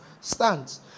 stands